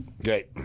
Okay